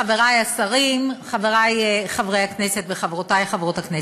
חברי השרים, חברי חברי הכנסת וחברותי חברות הכנסת,